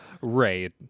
Right